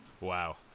Wow